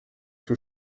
que